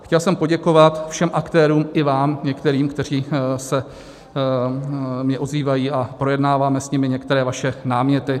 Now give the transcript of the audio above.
Chtěl jsem poděkovat všem aktérům i vám některým, kteří se mi ozývají, a projednáváme s nimi některé vaše náměty.